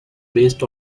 based